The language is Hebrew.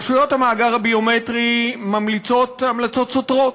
רשויות המאגר הביומטרי ממליצות המלצות סותרות.